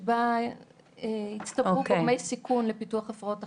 שבה הצטברו גורמי סיכון לפיתוח הפרעות אכילה.